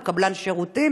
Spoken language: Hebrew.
הם קבלן שירותים.